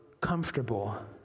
comfortable